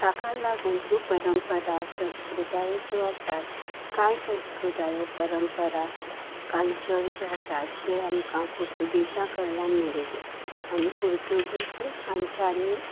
ताका लागून ह्यो परंपरा संस्कृतायो ज्यो आसात कांय संस्कृतायो परंपरा कल्चर जे आसात ते आमकां पुर्तुगेजां कडल्यान मेळिलें आनी पुर्तुगेज हांच्यानी